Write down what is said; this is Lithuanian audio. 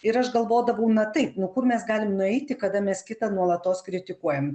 ir aš galvodavau na taip nu kur mes galim nueiti kada mes kitą nuolatos kritikuojam